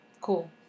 Cool